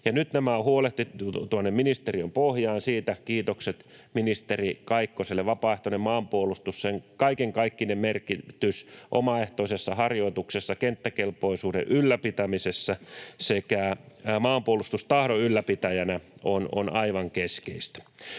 Nyt nämä on huolehdittu tuonne ministeriön pohjaan, siitä kiitokset ministeri Kaikkoselle. Vapaaehtoinen maanpuolustus, sen kaikenkaikkinen merkitys omaehtoisessa harjoituksessa, kenttäkelpoisuuden ylläpitämisessä sekä maanpuolustustahdon ylläpitäjänä, on aivan keskeistä.